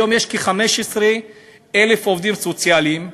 היום יש כ-15,000 עובדים סוציאליים,